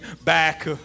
back